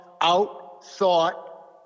out-thought